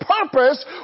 purpose